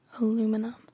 aluminum